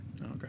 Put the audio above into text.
Okay